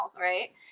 right